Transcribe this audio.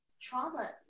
Trauma